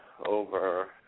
Over